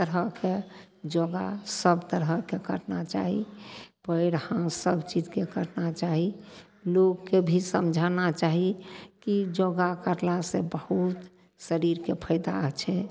तरहके योगा सब तरहके करना चाही पयर हाथ सब चीजके करना चाही लोगके भी समझाना चाही की योगा करलासँ बहुत शरीरके फायदा छै